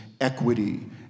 equity